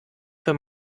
für